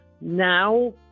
now